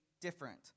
different